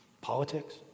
Politics